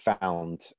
found